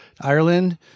Ireland